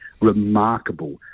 remarkable